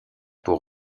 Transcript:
pour